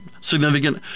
significant